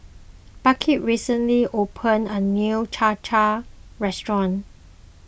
Burke recently opened a new Cham Cham restaurant